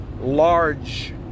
large